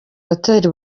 hoteli